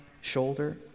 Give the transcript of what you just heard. shoulder